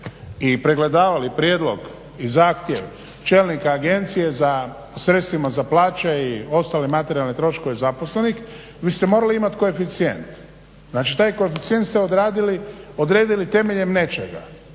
i pregledavali prijedlog i zahtjev čelnika agencije za sredstvima za plaće i ostale materijalne troškove zaposlenih vi ste morali imati koeficijent. Znači taj koeficijent ste odredili temeljem nečega.